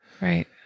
Right